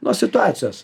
nuo situacijos